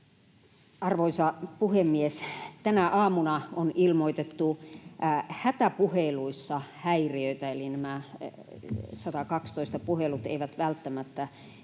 Arvoisa puhemies! Tänä aamuna on ilmoitettu hätäpuheluissa häiriöitä, eli nämä 112-puhelut eivät välttämättä